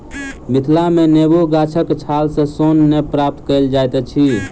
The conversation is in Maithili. मिथिला मे नेबो गाछक छाल सॅ सोन नै प्राप्त कएल जाइत अछि